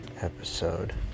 episode